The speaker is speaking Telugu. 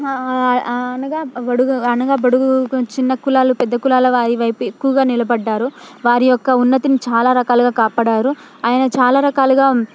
ఆనగా బడుగు అనగా బడుగు కొం చిన్న కులాలు పెద్ద కులాల వారి వైపు ఎక్కువగా నిలబడ్డారు వారి యొక్క ఉన్నతిని చాలా రకాలుగా కాపాడారు ఆయన చాలా రకాలుగా